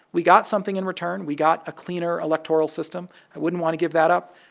we got something in return. we got a cleaner electoral system. i wouldn't want to give that up,